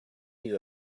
you